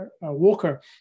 Walker